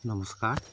নমস্কাৰ